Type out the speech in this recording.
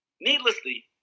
needlessly